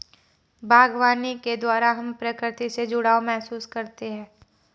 बागवानी के द्वारा हम प्रकृति से जुड़ाव महसूस करते हैं